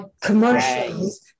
commercials